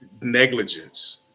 negligence